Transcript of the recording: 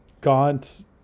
gaunt